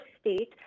state